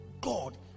God